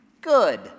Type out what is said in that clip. good